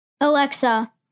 Alexa